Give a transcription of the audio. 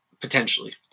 potentially